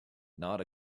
not